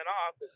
off